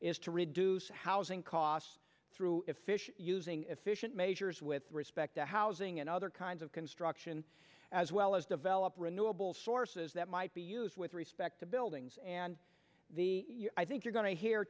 is to reduce housing costs through efficient using efficient measures with respect to housing and other kinds of construction as well as develop renewable sources that might be used with respect to buildings and the i think you're going to hear